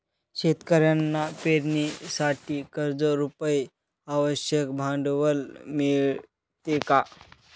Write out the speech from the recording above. शेतकऱ्यांना पेरणीसाठी कर्जरुपी आवश्यक भांडवल मिळते का?